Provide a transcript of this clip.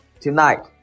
tonight